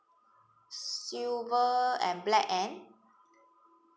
silver and black and